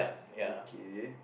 okay